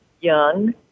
young